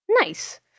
Nice